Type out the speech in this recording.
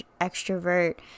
extrovert